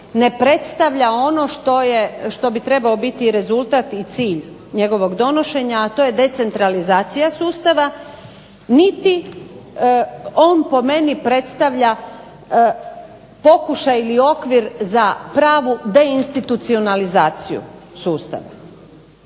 ne predstavlja ono što bi trebalo biti rezultat i cilj njegovog donošenja, a to je decentralizacija sustava niti, on po meni predstavlja pokušaj ili okvir za pravu deinstitucionalizaciju sustava.